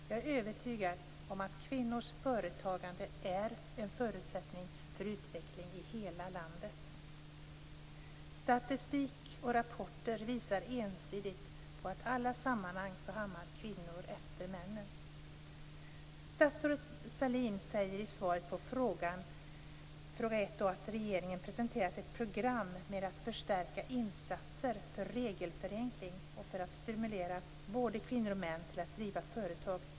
Jag är övertygad om att kvinnors företagande är en förutsättning för utveckling i hela landet. Statistik och rapporter visar ensidigt att i alla sammanhang hamnar kvinnor efter männen. Statsrådet Sahlin säger i svaret på fråga 1 att regeringen har presenterat ett program för att förstärka insatser för regelförenkling och för att stimulera både kvinnor och män till att driva företag.